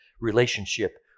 relationship